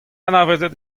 anavezet